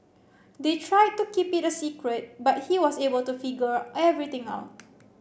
they tried to keep it a secret but he was able to figure everything out